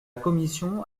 commission